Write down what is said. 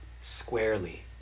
squarely